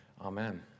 Amen